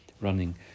running